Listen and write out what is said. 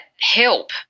help